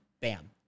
Bam